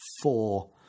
four